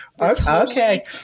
okay